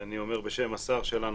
אני אומר בשם השר שלנו,